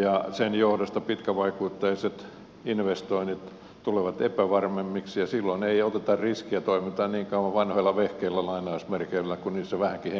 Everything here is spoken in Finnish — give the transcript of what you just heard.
ja sen johdosta pitkävaikutteiset investoinnit tulevat epävarmemmiksi ja silloin ei oteta riskiä toimitaan niin kauan vanhoilla vehkeillä kuin niissä vähänkin henki pihisee